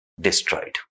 destroyed